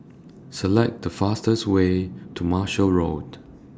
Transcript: Select The fastest Way to Marshall Road